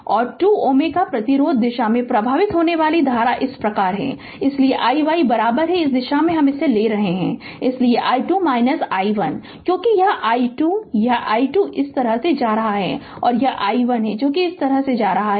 और 2 Ω प्रतिरोध दिशा से प्रवाहित होने वाली धारा इस प्रकार है इसलिए i y इस दिशा में हम ले रहे हैं इसलिए i2 i1 क्योंकि यह i2 यह i2 इस तरह जा रहा है और यह i1 इस तरह जा रहा है